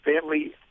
family